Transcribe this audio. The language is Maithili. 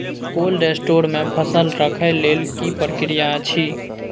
कोल्ड स्टोर मे फसल रखय लेल की प्रक्रिया अछि?